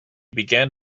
began